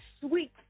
sweet